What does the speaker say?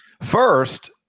First